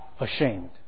ashamed